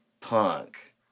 punk